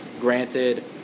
Granted